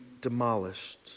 demolished